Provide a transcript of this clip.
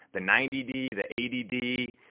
the ninety d the eighty d,